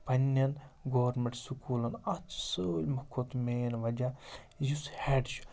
پَنٛنٮ۪ن گورمینٹ سکوٗلَن اَتھ چھُ سٲلِم کھۄتہٕ مین وجہ یُس ہیڈ چھُ